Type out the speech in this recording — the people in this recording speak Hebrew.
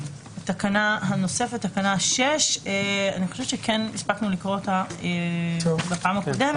התקנה הבאה היא תקנה 6. אני חושבת שכן הספקנו לקרוא אותה בדיון הקודם.